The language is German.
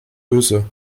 öse